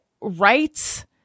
rights